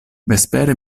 vespere